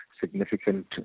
significant